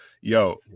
Yo